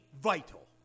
vital